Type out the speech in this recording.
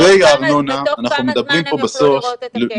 בתוך כמה זמן הם יראו את הכסף?